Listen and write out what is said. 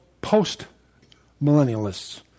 post-millennialists